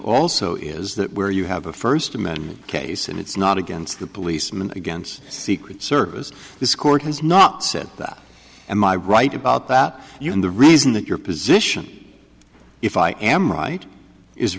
also is that where you have a first amendment case and it's not against the policeman against secret service this court has not said that and my right about that you can the reason that your position if i am right is